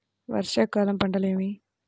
వర్షాకాలం పంటలు ఏవి?